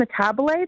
metabolites